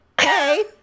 Hey